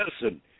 listen